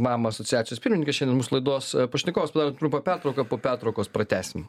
mama asociacijos pirmininkas čia mūsų laidos pašnekovas padarom trumpą pertrauką po pertraukos pratęsim